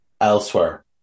elsewhere